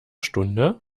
stunde